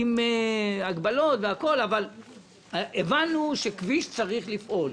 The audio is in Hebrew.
אמנם עם הגבלות אבל הבנו שכביש צריך לפעול